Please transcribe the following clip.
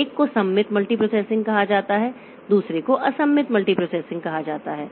एक को सममित मल्टीप्रोसेसिंग कहा जाता है दूसरे को असममित मल्टीप्रोसेसिंग कहा जाता है